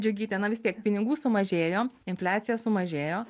džiugyte na vis tiek pinigų sumažėjo infliacija sumažėjo